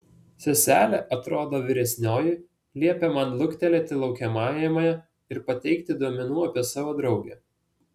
seselė atrodo vyresnioji liepė man luktelėti laukiamajame ir pateikti duomenų apie savo draugę